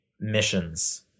missions